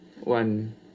one